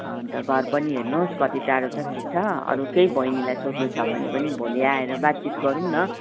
अन्त घर पनि हेर्नुहोस् कति टाढो छ के छ अरू केही बैनीलाई सोध्नु छ भने पनि भोलि आएर बातचित गरौँ न